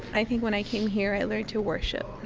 i think when i came here, i learned to worship.